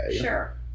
Sure